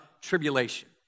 tribulation